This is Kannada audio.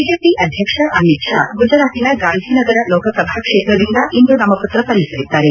ಬಿಜೆಪಿ ಅಧ್ಯಕ್ಷ ಅಮಿತ್ ಷಾ ಗುಜರಾತಿನ ಗಾಂಧಿನಗರ ಲೋಕಸಭಾ ಕ್ಷೇತ್ರದಿಂದ ಇಂದು ನಾಮಪತ್ರ ಸಲ್ಲಿಸಲಿದ್ದಾರೆ